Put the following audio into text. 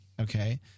okay